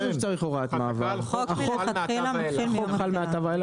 החוק מתחיל מיום התחילה,